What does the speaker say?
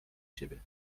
siebie